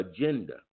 agenda